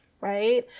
right